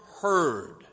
heard